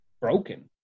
broken